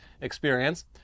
experience